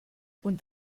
und